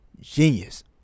genius